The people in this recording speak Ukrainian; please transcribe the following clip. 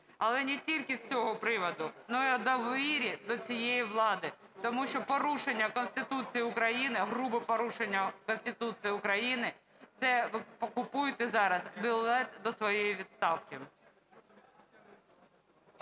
Але не тільки з цього приводу, але і про довіру до цієї влади, тому що порушення Конституції України, грубе порушення Конституції України – це ви купуєте зараз білет до своєї відставки.